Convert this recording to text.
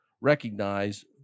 recognize